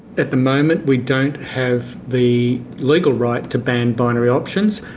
at the moment we don't have the legal right to ban binary options.